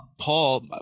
Paul